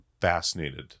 fascinated